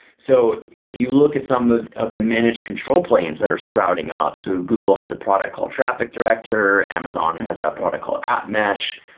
so, if you look at some of of the manage control planes that are sprouting up. so google has a product called traffic director. amazon has a product called appmesh.